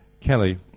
Kelly